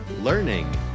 learning